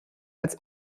als